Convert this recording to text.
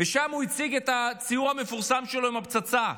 ושם הוא הציג את הציור המפורסם שלו עם הפצצה.